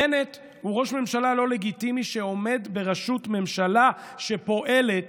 בנט הוא ראש ממשלה לא לגיטימי שעומד בראשות ממשלה שפועלת